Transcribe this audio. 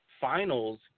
finals